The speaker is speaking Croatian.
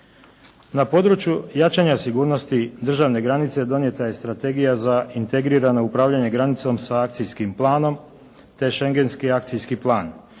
Na području jačanja sigurnosti državne granice donijeta je strategija za integrirano upravljanje granicom sa akcijskim planom, te Šengejski akcijski plan.